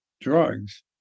drugs